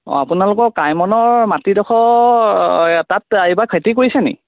অ আপোনালোকৰ কাইমনৰ মাটিডোখৰ তাত এইবাৰ খেতি কৰিছেনি